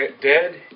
dead